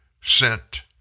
sent